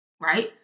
right